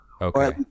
Okay